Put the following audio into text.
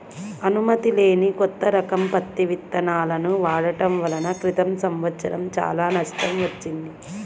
అనుమతి లేని కొత్త రకం పత్తి విత్తనాలను వాడటం వలన క్రితం సంవత్సరం చాలా నష్టం వచ్చింది